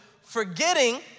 forgetting